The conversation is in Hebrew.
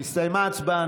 בהצבעה הסתיימה ההצבעה.